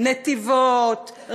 נתיבות,